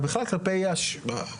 ובכלל כלפי השונה.